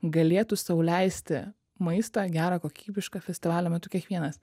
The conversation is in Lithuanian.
galėtų sau leisti maistą gerą kokybišką festivalio metu kiekvienas